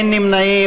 אין נמנעים.